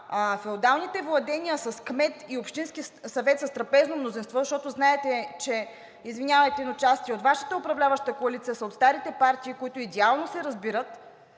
феодалните владения с кмет и общински съвет с трапезно мнозинство, защото знаете, че извинявайте, но части от Вашата управляваща коалиция са от старите партии, които идеално се разбират,